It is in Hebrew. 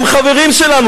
הם חברים שלנו.